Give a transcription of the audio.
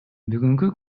бүгүнкү